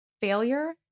Failure